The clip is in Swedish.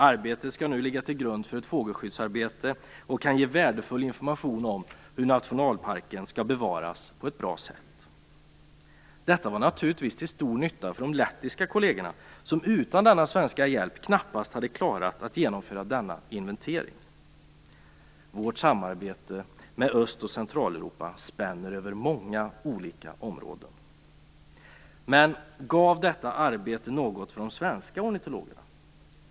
Arbetet skall nu ligga till grund för ett fågelskyddsarbete, och det kan ge värdefull information om hur nationalparken skall bevaras på ett bra sätt. Detta var naturligtvis till stor nytta för de lettiska kollegerna, som utan denna svenska hjälp knappast hade klarat att genomföra denna inventering. Vårt samarbete med Öst och Centraleuropa spänner över många olika områden. Men gav detta arbete något för de svenska ornitologerna?